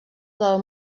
del